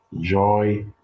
joy